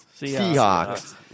Seahawks